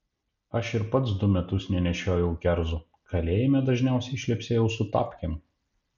aš ir pats du metus nenešiojau kerzų kalėjime dažniausiai šlepsėjau su tapkėm